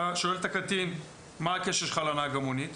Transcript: אתה שואל את הקטין "מה הקשר שלך לנהג המונית?"